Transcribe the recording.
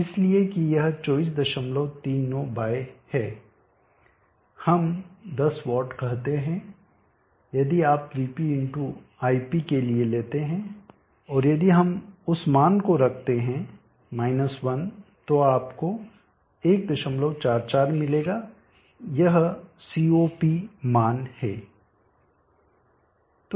इसलिए कि यह 2439 बाय है हम 10 वाट कहते हैं यदि आप vp×ip के लिए लेते हैं और यदि हम उस मान को रखते हैं 1 तो आपको 144 मिलेगा यह CoP मान है